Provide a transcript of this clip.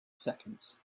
seconds